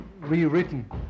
rewritten